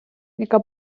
яка